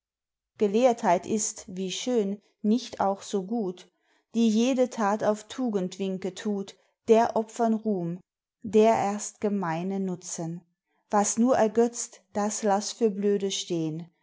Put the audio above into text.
gelehrtheit ist wie schön nicht auch so gut die jede tat auf tugendwinke tut der opfern ruhm der erst gemeine nutzen was nur ergötzt das laß für blöde stehn